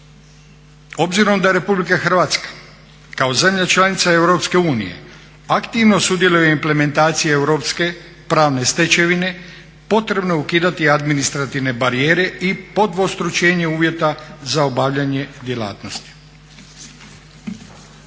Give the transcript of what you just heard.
Obzirom da Republika Hrvatska kao zemlja članica Europske unije aktivno sudjeluje u implementaciji europske pravne stečevine potrebno je ukidati administrativne barijere i podvostručenje uvjeta za obavljanje djelatnosti.